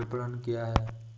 विपणन क्या है?